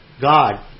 God